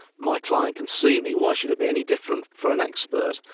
my client can sue me. why should it be any different for an expert?